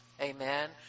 amen